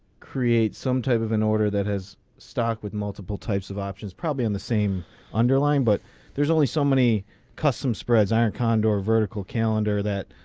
create some type of an order that has stock with multiple types of options probably in the same underlying but there's only so many custom spreads iron condor vertical calendar that.